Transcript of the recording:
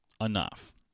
enough